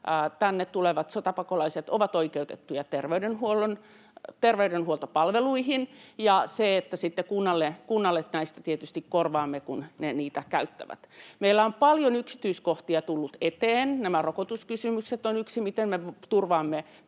tänne tulevat sotapakolaiset ovat oikeutettuja terveydenhuoltopalveluihin, ja kunnalle sitten näistä tietysti korvaamme, kun he niitä käyttävät. Meillä on paljon yksityiskohtia tullut eteen. Nämä rokotuskysymykset ovat yksi: miten me turvaamme